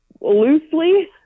loosely